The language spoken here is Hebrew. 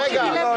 רגע,